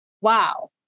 Wow